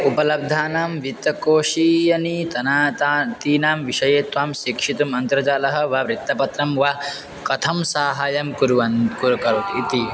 उपलब्धानां वित्तकोषीयानि तना ता तीनां विषयेत्वां शिक्षितुम् अन्तर्जालं वा वृत्तपत्रं वा कथं सहाय्यं कुर्वन् कुर् करोति इति